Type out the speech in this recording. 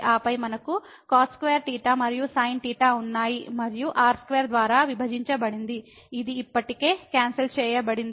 ఆపై మనకు cos2మరియు sinఉన్నాయి మరియు r2 ద్వారా విభజించబడింది ఇది ఇప్పటికే క్యాన్సల్ చేయబడింది